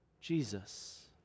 Jesus